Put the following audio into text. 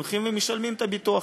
הולכים ומשלמים את הביטוח,